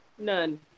None